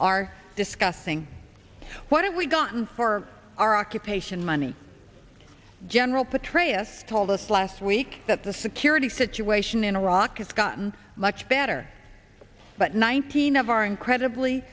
are discussing what have we gotten for our occupation money general petraeus told us last week that the security situation in iraq has gotten much better but nineteen of our incredibly